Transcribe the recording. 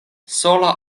sola